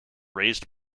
raised